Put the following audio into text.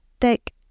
thick